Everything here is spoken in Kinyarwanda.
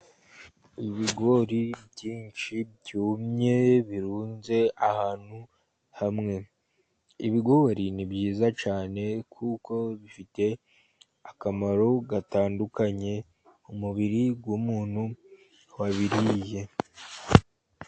Ibigori byinshi byumye birunze ahantu hamwe. Ibigori ni byiza cyane kuko bifite akamaro gatandukanye mu mubiri w'umuntu wabiririye.